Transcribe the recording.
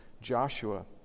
Joshua